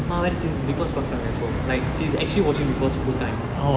அம்மா வேர:amma vere biggboss பாக்குராங்க இப்பொ:paakuraange ippo like she's actually watching because full time